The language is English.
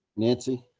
nancy.